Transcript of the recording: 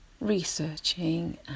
researching